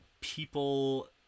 people